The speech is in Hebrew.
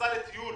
נסע לטיול